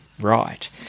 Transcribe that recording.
right